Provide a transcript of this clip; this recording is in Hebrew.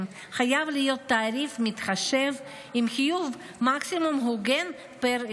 חייב להיות תעריף מתחשב עם חיוב מקסימום הוגן פר יום.